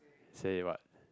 say what